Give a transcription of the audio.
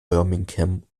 birmingham